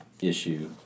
issue